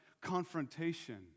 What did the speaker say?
confrontation